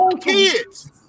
kids